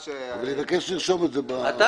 אני מבקש לרשום את זה בהסתייגויות.